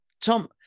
Tom